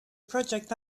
project